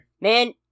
Man